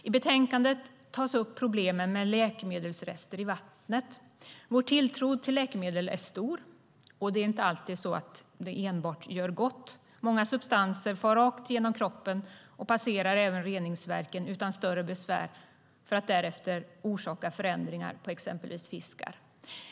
I betänkandet tas problemen med läkemedelsrester i vattnet upp. Vår tilltro till läkemedel är stor, och det är inte alltid så att de enbart gör gott. Många substanser far rakt genom kroppen och passerar även reningsverken utan större besvär för att därefter orsaka förändringar på exempelvis fiskar.